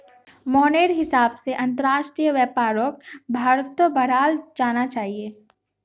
मोहनेर हिसाब से अंतरराष्ट्रीय व्यापारक भारत्त बढ़ाल जाना चाहिए